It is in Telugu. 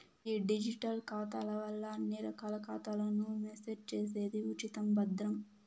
ఈ డిజిటల్ ఖాతాల వల్ల అన్ని రకాల ఖాతాలను మేనేజ్ చేసేది ఉచితం, భద్రం